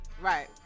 Right